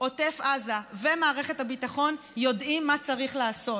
עוטף עזה ומערכת הביטחון יודעים מה צריך לעשות: